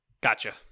gotcha